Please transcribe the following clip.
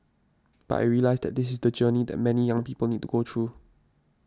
but I realised that this is the journey that many young people need go through